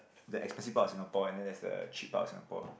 the expensive part of Singapore and then there's the cheap part of Singapore